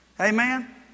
Amen